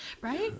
Right